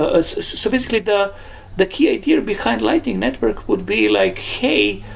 ah ah so basically, the the key idea behind lightning network would be like, hey,